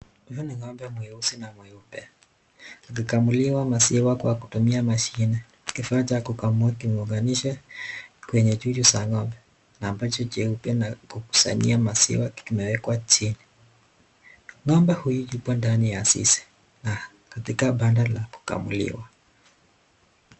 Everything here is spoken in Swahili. Huyu ni ng'ombe mweusi na mweupe. Akikamuliwa maziwa kwa kutumia mashine. Kifaa cha kukamua kimeunganisha kwenye chuchu za ng'ombe ambacho cheupe na kukusanyia maziwa kimewekwa chini. Ng'ombe huyu yuko ndani ya zizi na katika banda la kukamuliwa.